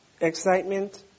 excitement